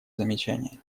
замечание